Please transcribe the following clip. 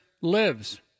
lives